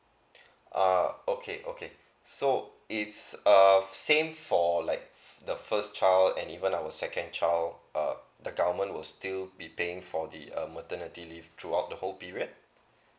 uh okay okay so it's err same for like the first child and even our second child uh the government will still be paying for the uh maternity leave throughout the whole period